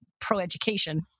pro-education